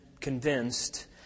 convinced